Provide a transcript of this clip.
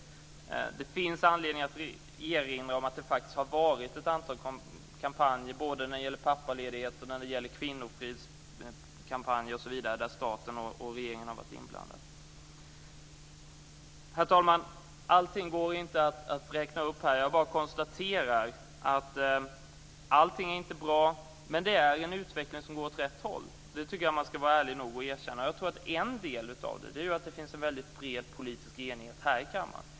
Det finns anledning att erinra om att det bedrivits ett antal kampanjer både när det gäller pappaledighet och kvinnofrid, där staten och regeringen har varit inblandade. Herr talman! Allting går inte att räkna upp här. Jag konstaterar bara att allting inte är bra, men att utvecklingen går åt rätt håll. Det tycker jag att man skall vara ärlig nog att erkänna. En del av detta är att det finns en väldigt bred politisk enighet här i kammaren.